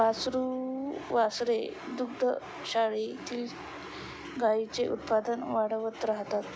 वासरू वासरे दुग्धशाळेतील गाईंचे उत्पादन वाढवत राहतात